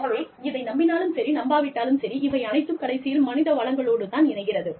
ஆகவே இதை நம்பினாலும் சரி நம்பாவிட்டாலும் சரி இவை அனைத்தும் கடைசியில் மனித வளங்களோடு தான் இணைகிறது